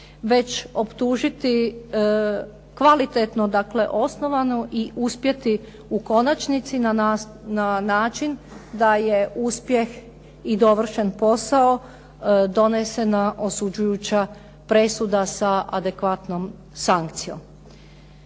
već optužiti kvalitetno, dakle osnovano i uspjeti u konačnici na način da je uspjeh i dovršen posao, donesena osuđujuća presuda sa adekvatnom sankcijom.